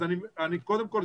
אז אני קודם כל,